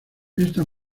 ésta